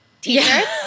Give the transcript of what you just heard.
t-shirts